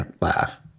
laugh